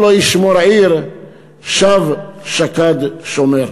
לא יִשְׁמָר עיר שָׁוְא שָׁקַד שומר".